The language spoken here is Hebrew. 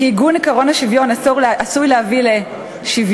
שעיגון עקרון השוויון עשוי להביא לשוויון,